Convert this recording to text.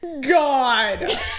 god